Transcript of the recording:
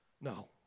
No